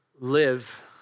live